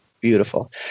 Beautiful